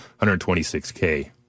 126K